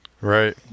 Right